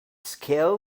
scale